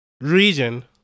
region